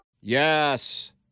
Yes